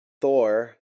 Thor